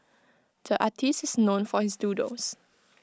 the artist is known for his doodles